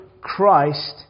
Christ